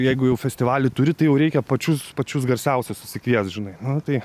jeigu jau festivalį turi tai jau reikia pačius pačius garsiausius susikviest žinai tai